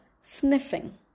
sniffing